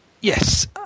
yes